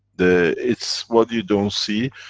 the. it's what you don't see.